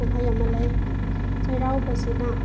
ꯀꯨꯝꯍꯩ ꯑꯃ ꯂꯩ ꯆꯩꯔꯥꯎꯕꯁꯤꯅ